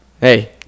Hey